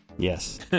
Yes